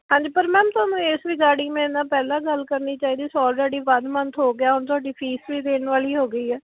ਹਾਂਜੀ ਪਰ ਮੈਮ ਤੁਹਾਨੂੰ ਇਸ ਰਿਕਾਡਿੰਗ ਮੇਰੇ ਨਾਲ ਪਹਿਲਾਂ ਗੱਲ ਕਰਨੀ ਚਾਹੀਦੀ ਓਲਰੇਡੀ ਵਨ ਮੰਥ ਹੋ ਗਿਆ ਹੁਣ ਤੁਹਾਡੀ ਫੀਸ ਵੀ ਦੇਣ ਵਾਲੀ ਹੋ ਗਈ ਹੈ